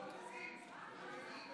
מקריא.